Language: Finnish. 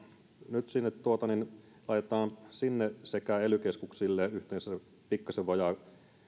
nyt ajetaan sinne sekä ely keskuksille yhteensä pikkasen vajaa